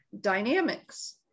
dynamics